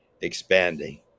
expanding